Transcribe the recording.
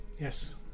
Yes